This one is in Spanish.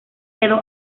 quedó